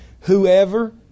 whoever